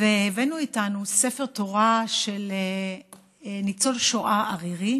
והבאנו איתנו ספר תורה של ניצול שואה ערירי